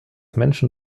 menschen